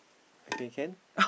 okay can